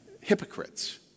hypocrites